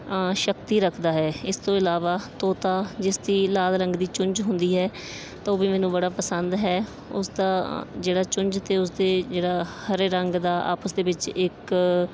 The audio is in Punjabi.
ਸ਼ਕਤੀ ਰੱਖਦਾ ਹੈ ਇਸ ਤੋਂ ਇਲਾਵਾ ਤੋਤਾ ਜਿਸ ਦੀ ਲਾਲ ਰੰਗ ਦੀ ਚੁੰਝ ਹੁੰਦੀ ਹੈ ਤਾਂ ਉਹ ਵੀ ਮੈਨੂੰ ਬੜਾ ਪਸੰਦ ਹੈ ਉਸ ਦਾ ਜਿਹੜਾ ਚੁੰਝ 'ਤੇ ਉਸਦੇ ਜਿਹੜਾ ਹਰੇ ਰੰਗ ਦਾ ਆਪਸ ਦੇ ਵਿੱਚ ਇੱਕ